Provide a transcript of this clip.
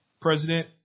President